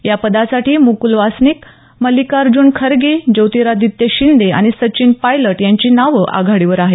या पदासाठी मुकुल वासनिक मल्लिकार्ज्न खरगे ज्योतिरादित्य शिंदे आणि सचिन पायलट यांची नावं आघाडीवर आहेत